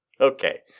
Okay